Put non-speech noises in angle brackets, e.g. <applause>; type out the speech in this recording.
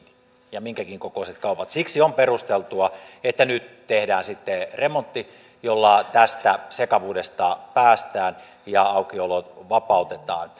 ja minkäkin kokoiset kaupat siksi on perusteltua että nyt tehdään sitten remontti jolla tästä sekavuudesta päästään ja aukiolot vapautetaan <unintelligible>